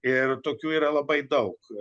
ir tokių yra labai daug